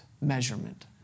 measurement